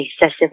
excessive